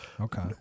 Okay